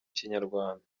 kinyarwanda